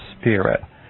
Spirit